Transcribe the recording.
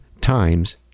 times